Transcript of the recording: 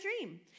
dream